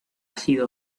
sido